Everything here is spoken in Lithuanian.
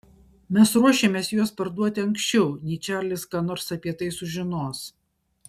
mes ruošiamės juos parduoti anksčiau nei čarlis ką nors apie tai sužinos